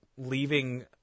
leaving